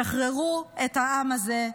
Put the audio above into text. שחררו את העם הזה,